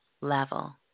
level